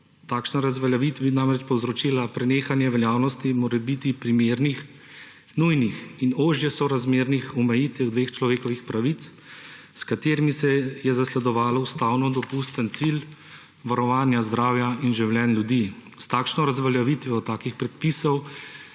Takojšnja razveljavitev bi namreč povzročila prenehanje veljavnosti morebiti primernih, nujnih in ožje sorazmernih omejitev dveh človekovih pravic, s katerimi se je zasledovalo ustavno dopusten cilj varovanja zdravja in življenj ljudi. S takojšnjo razveljavitvijo takih predpisov